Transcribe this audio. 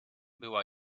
była